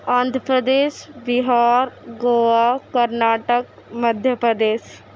Andhra Pradesh Bihar Goa Karnataka Madhya Pradesh